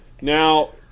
Now